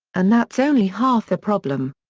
and that's only half the problem.